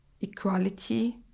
equality